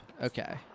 Okay